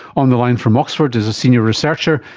on the line from oxford is a senior researcher,